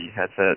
headset